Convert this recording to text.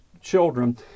children